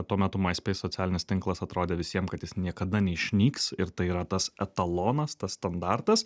tuo metu myspace socialinis tinklas atrodė visiem kad jis niekada neišnyks ir tai yra tas etalonas tas standartas